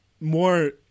more